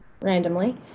randomly